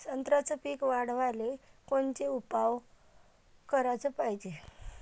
संत्र्याचं पीक वाढवाले कोनचे उपाव कराच पायजे?